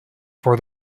for